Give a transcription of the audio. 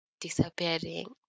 disappearing